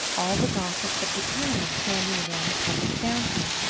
all the gossips of the town were standing around the public fountain.